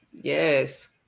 Yes